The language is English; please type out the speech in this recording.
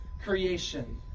creation